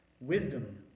wisdom